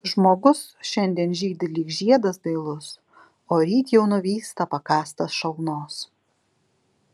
žmogus šiandien žydi lyg žiedas dailus o ryt jau nuvysta pakąstas šalnos